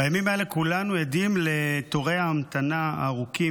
בימים אלה כולנו עדים לתורי ההמתנה הארוכים